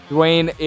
Dwayne